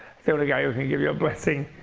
sort of guy who can give you a blessing.